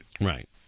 right